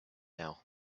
now